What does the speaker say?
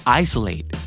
isolate